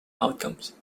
outcomes